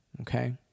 Okay